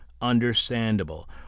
understandable